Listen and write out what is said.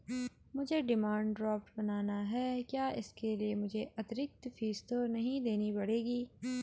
मुझे demand draft बनाना है क्या इसके लिए मुझे अतिरिक्त फीस तो नहीं देनी पड़ेगी?